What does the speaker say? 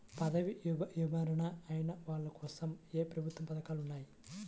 పదవీ విరమణ అయిన వాళ్లకోసం ఏ ప్రభుత్వ పథకాలు ఉన్నాయి?